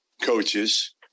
coaches